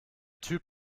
typ